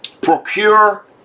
procure